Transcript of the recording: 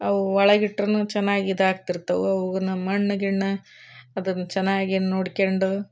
ಅವು ಒಳಗಿಟ್ಟರೂ ಚೆನ್ನಾಗಿದಾಗ್ತಿರ್ತವೆ ಅವನ್ನ ಮಣ್ಣು ಗಿಣ್ಣು ಅದನ್ನು ಚೆನ್ನಾಗಿ ನೋಡ್ಕೊಂಡು